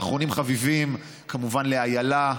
ואחרונים חביבים, כמובן לאיילה,